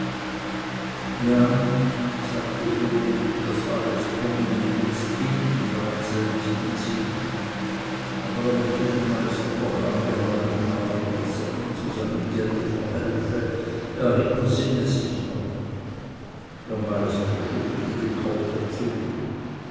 ja sagte uli das alles komme ihm jetzt hintendrein selbst in sinn aber er möchte dem meister doch angehalten haben daß er ihm zu seinem gelde verhelfe er hintersinne sich sonst noch der meister schüttelte den kopf dazu